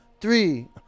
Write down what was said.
three